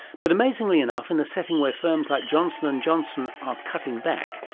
but amazingly enough, in a setting where firms like johnson and johnson are cutting back,